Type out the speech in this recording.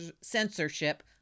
censorship